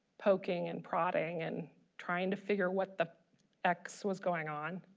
poking and prodding and trying to figure what the x was going on